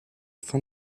fin